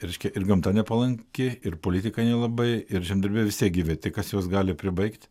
reiškia ir gamta nepalanki ir politika nelabai ir žemdirbiai vis tiek gyvi tik kas juos gali pribaigt